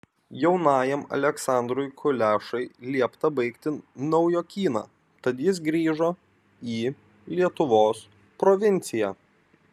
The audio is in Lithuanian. jaunajam aleksandrui kulešai liepta baigti naujokyną tad jis grįžo į lietuvos provinciją